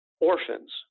orphans